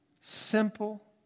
Simple